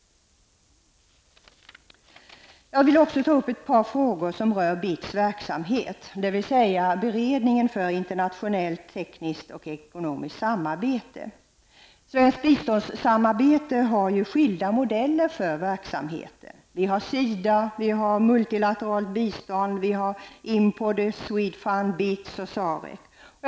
Jag vill vidare ta upp ett par frågor som rör BITS verksamhet, dvs. beredningen för internationellt tekniskt och ekonomiskt samarbete. Svenskt biståndssamarbete har ju skilda modeller för verksamheten. Vi har SIDA, multilateralt bistånd, IMPOD, SWEDFUND, BITS och Sarec.